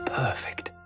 perfect